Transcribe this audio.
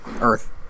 Earth